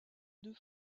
deux